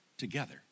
together